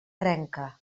trenca